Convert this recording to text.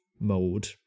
mode